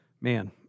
man